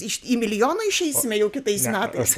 iš į milijoną išeisime jau kitais metais